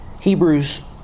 Hebrews